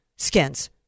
skins